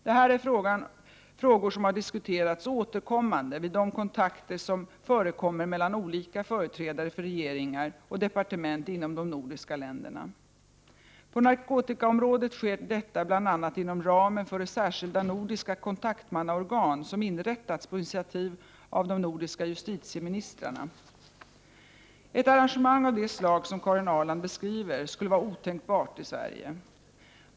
Det här är frågor som diskuteras återkommande vid de kontakter som förekommer mellan olika företrädare för regeringar och departement inom de nordiska länderna. På narkotikaområdet sker detta bl.a. inom ramen för det särskilda nordiska kontaktmannaorgan som inrättats på initiativ av de nordiska justitieministrarna. Ett arrangemang av det slag som Karin Ahrland beskriver skulle vara otänkbart i Sverige.